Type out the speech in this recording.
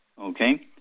okay